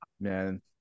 Man